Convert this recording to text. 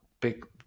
big